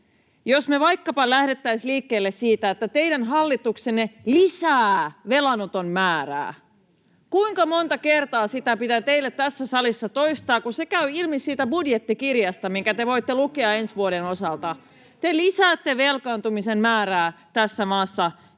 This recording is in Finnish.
Jos me vaikkapa lähdettäisiin liikkeelle siitä, että teidän hallituksenne lisää velanoton määrää. Kuinka monta kertaa sitä pitää teille tässä salissa toistaa, kun se käy ilmi siitä budjettikirjasta, minkä te voitte lukea ensi vuoden osalta? Te lisäätte velkaantumisen määrää tässä maassa